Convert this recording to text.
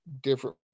different